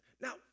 Now